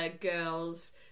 girls